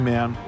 Man